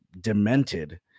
demented